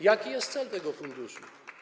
Jaki jest cel tego funduszu?